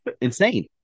insane